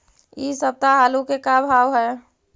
इ सप्ताह आलू के का भाव है?